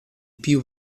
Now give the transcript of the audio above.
più